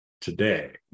today